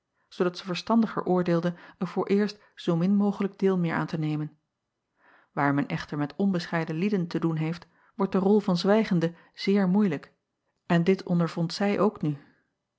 zoodat zij verstandiger oordeelde er vooreerst zoomin mogelijk deel meer aan te nemen aar men echter met onbescheiden lieden te doen heeft wordt de rol van zwijgende zeer moeilijk en dit ondervond zij ook nu